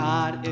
God